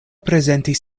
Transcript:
prezentis